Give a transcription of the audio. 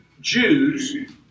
Jews